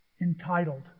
Entitled